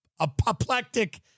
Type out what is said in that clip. apoplectic